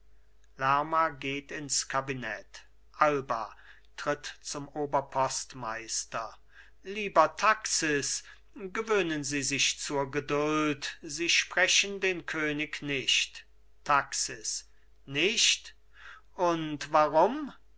lerma geht ins kabinett alba tritt zum oberpostmeister lieber taxis gewöhnen sie sich zur geduld sie sprechen den könig nicht taxis nicht und warum